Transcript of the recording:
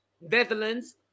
Netherlands